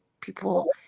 people